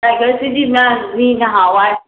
ꯇꯥꯏꯒꯔꯁꯤꯗꯤ ꯃꯥ ꯃꯤ ꯅꯍꯥꯟꯋꯥꯏ